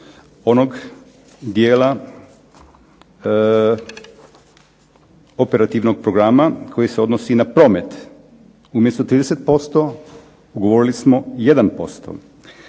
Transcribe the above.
onog dijela operativnog programa koji se odnosi na promet. Umjesto 30% ugovorili smo 1%.